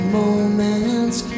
moments